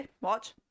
Watch